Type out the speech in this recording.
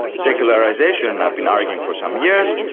secularisation, i've been arguing for some years,